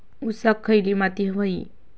ऊसाक खयली माती व्हयी?